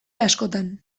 askotan